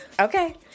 Okay